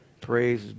Praise